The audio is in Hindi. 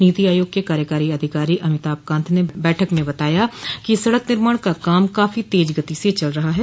नीति आयोग के कार्यकारी अधिकारी अमिताभ कांत ने बैठक में बताया कि सड़क निर्माण का काम काफी तेज गति से चल रहा है